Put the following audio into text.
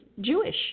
Jewish